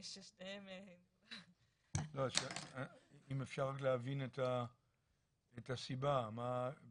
לא, אם אפשר להבין רק את הסיבה, מה זה